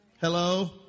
Hello